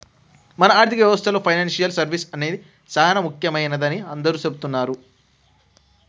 మన ఆర్థిక వ్యవస్థలో పెనాన్సియల్ సర్వీస్ అనేది సానా ముఖ్యమైనదని అందరూ సెబుతున్నారు